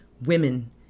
women